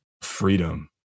freedom